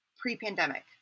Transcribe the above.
pre-pandemic